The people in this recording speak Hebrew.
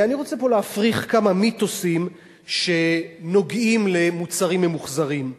ואני רוצה להפריך פה כמה מיתוסים שנוגעים למוצרים ממוחזרים.